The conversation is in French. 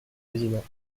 président